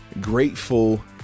grateful